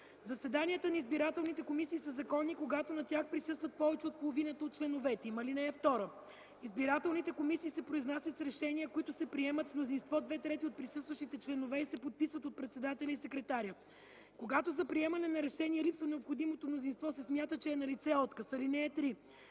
Заседанията на избирателните комисии са законни, когато на тях присъстват повече от половината от членовете им. (2) Избирателните комисии се произнасят с решения, които се приемат с мнозинство две трети от присъстващите членове и се подписват от председателя и секретаря. Когато за приемане на решение липсва необходимото мнозинство, се смята, че е налице отказ. (3) За